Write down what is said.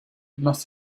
must